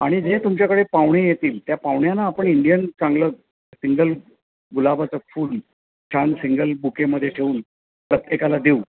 आणि जे तुमच्याकडे पाहुणे येतील त्या पाहुण्यांना आपण इंडियन चांगलं सिंगल गुलाबाचं फुल छान सिंगल बुकेमध्ये ठेऊन प्रत्येकाला देऊ